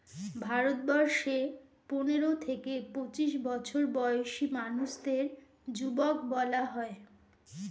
ভারতবর্ষে পনেরো থেকে পঁচিশ বছর বয়সী মানুষদের যুবক বলা হয়